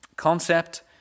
Concept